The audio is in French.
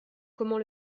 comment